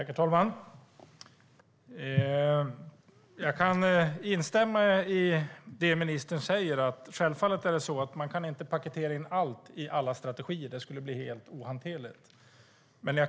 Herr talman! Jag kan instämma i det ministern säger - att man självfallet inte kan paketera in allt i alla strategier. Det skulle bli helt ohanterligt.